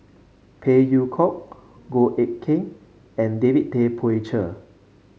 Phey Yew Kok Goh Eck Kheng and David Tay Poey Cher